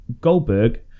Goldberg